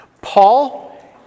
Paul